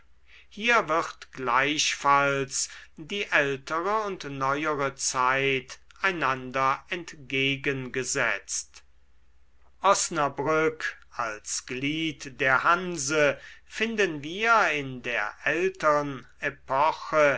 hier wird gleichfalls die ältere und neuere zeit einander entgegengesetzt osnabrück als glied der hanse finden wir in der ältern epoche